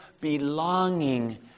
belonging